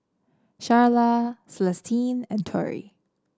Sharla Celestine and Tory